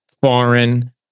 foreign